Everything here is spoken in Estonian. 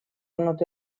olnud